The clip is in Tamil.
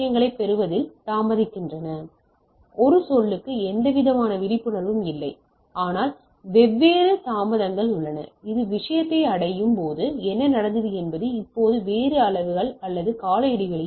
எனவே ஒரு சொல்லுக்கு எந்தவிதமான விழிப்புணர்வும் இல்லை குறிப்பு நேரம் 2234 ஆனால் வெவ்வேறு தாமதங்கள் உள்ளன அது விஷயத்தை அடையும் போது என்ன நடந்தது என்பது இப்போது வேறு கால அளவு அல்லது கால இடைவெளியில் உள்ளது